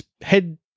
head